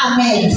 Amen